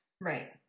Right